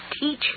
teach